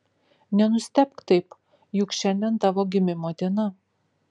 nenustebk taip juk šiandien tavo gimimo diena